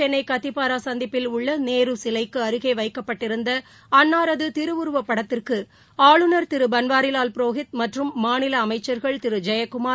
சென்னைகத்திப்பாராசந்திப்பில் தமிழகஅரசின் சார்பில் உள்ளநேருசிலைக்கு அருகேவைக்கப்பட்டிருந்த அன்னரதுதிருவுருவபடத்திற்கு ஆளுநர் திருபன்வாரிலால் புரோஹித் மற்றும் மாநிலஅமைச்சர்கள் திருஜெயக்குமார்